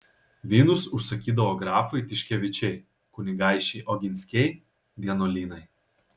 vynus užsakydavo grafai tiškevičiai kunigaikščiai oginskiai vienuolynai